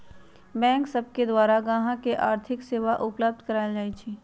bank सब के द्वारा गाहक के आर्थिक सेवा उपलब्ध कराएल जाइ छइ